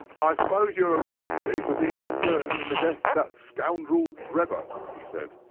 i suppose you are arresting me for being concerned in the death of that scoundrel drebber he said.